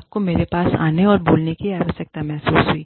आपको मेरे पास आने और बोलने की आवश्यकता महसूस हुई